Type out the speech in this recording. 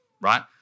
right